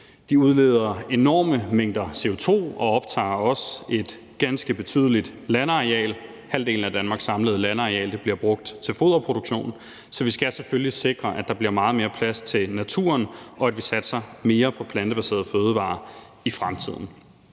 De udleder enorme mængder CO2 og optager også et ganske betydeligt landareal. Halvdelen af Danmarks samlede landareal bliver brugt til foderproduktion. Så vi skal selvfølgelig sikre, at der bliver meget mere plads til naturen, og at vi satser mere på plantebaserede fødevarer i fremtiden.